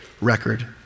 record